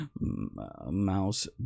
mouse